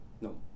no